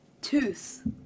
Tooth